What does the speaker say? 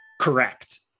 Correct